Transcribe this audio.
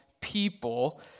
people